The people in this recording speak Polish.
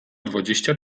dwadzieścia